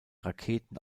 raketen